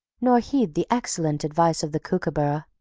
nor heed the excellent advice of the kookooburra,